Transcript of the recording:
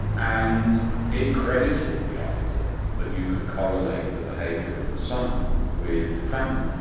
and it credited the idea that you could correlate the behaviour of the sun with famine.